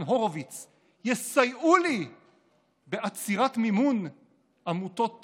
הורוביץ יסייעו לי בעצירת מימון עמותות